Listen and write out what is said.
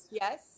yes